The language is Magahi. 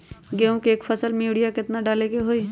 गेंहू के एक फसल में यूरिया केतना डाले के होई?